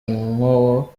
ngo